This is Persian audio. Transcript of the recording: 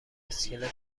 اسکلت